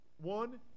one